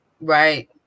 Right